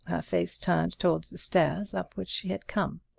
her face turned toward the stairs up which she had come.